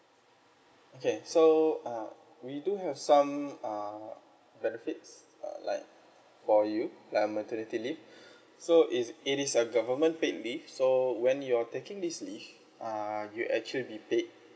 okay so uh we do have some uh benefits uh like for you like a maternity leave so is it is a government paid leave so when you are taking these leaves uh you actually paid